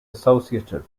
associative